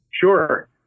Sure